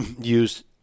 use